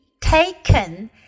taken